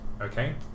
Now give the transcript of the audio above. okay